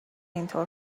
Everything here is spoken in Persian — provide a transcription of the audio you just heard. اینطور